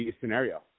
scenario